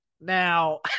Now